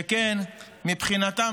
שכן מבחינתם,